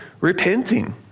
repenting